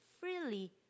freely